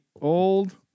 Old